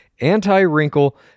anti-wrinkle